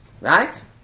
Right